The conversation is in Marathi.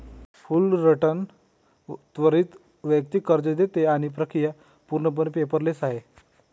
फुलरटन त्वरित वैयक्तिक कर्ज देते आणि प्रक्रिया पूर्णपणे पेपरलेस आहे